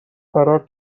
فرار